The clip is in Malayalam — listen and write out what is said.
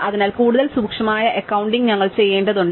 അതിനാൽ കൂടുതൽ സൂക്ഷ്മമായ അക്കൌണ്ടിംഗ് ഞങ്ങൾ ചെയ്യേണ്ടതുണ്ട്